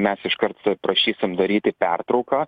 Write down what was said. mes iš kart prašysim daryti pertrauką